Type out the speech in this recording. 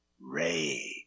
Ray